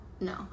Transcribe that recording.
No